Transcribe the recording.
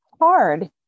hard